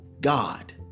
God